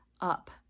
up